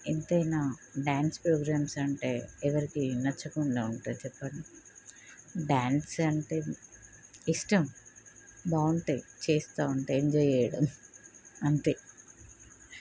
ఎంతైనా dance programmes అంటే ఎవరికి నచ్చకుండా ఉంటుంది చెప్పండి డాన్స్ అంటే ఇష్టం బాగుంటాయి చేస్తూ ఉంటే ఎంజాయ్ చేయడం అంతే